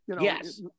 yes